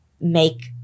make